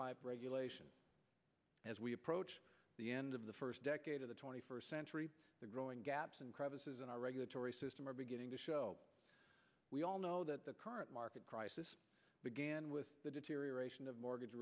regulation as we approach the end of the first decade of the twenty first century the growing gaps and crevices in our regulatory system are beginning to show we all know that the current market crisis began with the deterioration of mortgage